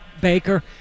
Baker